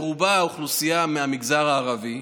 שברובה אוכלוסייה מהמגזר הערבי,